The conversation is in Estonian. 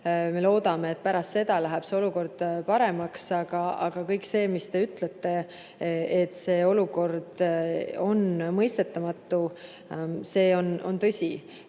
Me loodame, et pärast seda läheb olukord paremaks. Aga kõik see, mis te ütlesite, et see olukord on mõistetamatu, on tõsi.